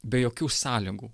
be jokių sąlygų